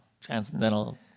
transcendental